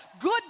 good